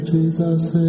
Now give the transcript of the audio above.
Jesus